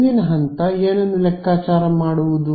ಮುಂದಿನ ಹಂತ ಏನನ್ನು ಲೆಕ್ಕಾಚಾರ ಮಾಡುವುದು